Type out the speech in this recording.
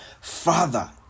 Father